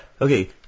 okay